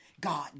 God